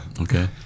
Okay